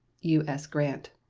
u s. grant.